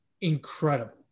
incredible